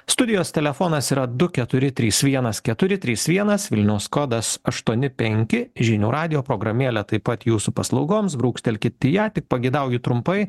studijos telefonas yra du keturi trys vienas keturi trys vienas vilnius kodas aštuoni penki žinių radijo programėlė taip pat jūsų paslaugoms brūkštelkit į ją tik pageidauju trumpai